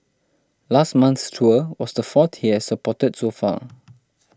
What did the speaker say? last month's tour was the fourth he has supported so far